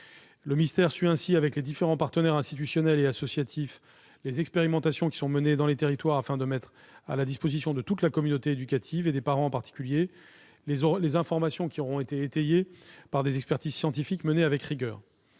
Le ministère suit ainsi, avec les différents partenaires institutionnels et associatifs, les expérimentations menées dans les territoires, afin de mettre à la disposition de toute la communauté éducative, des parents en particulier, les informations qui auront été étayées par des expertises scientifiques conduites avec rigueur.